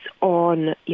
on